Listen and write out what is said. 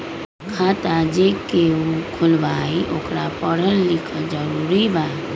खाता जे केहु खुलवाई ओकरा परल लिखल जरूरी वा?